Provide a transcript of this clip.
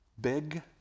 big